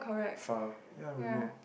far ya we will